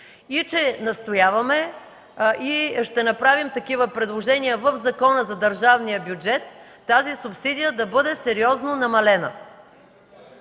и че настояваме и ще направим такива предложения в Закона за държавния бюджет тази субсидия да бъде сериозно намалена.